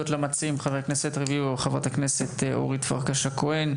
וחברת הכנסת אורית פרקש הכהן ועידן רול,